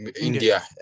India